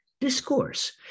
discourse